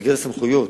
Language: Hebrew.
במסגרת הסמכויות,